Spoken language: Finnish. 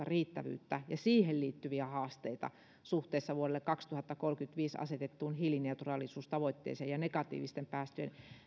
riittävyyttä ja siihen liittyviä haasteita suhteessa vuodelle kaksituhattakolmekymmentäviisi asetettuun hiilineutraalisuustavoitteeseen ja negatiivisten päästöjen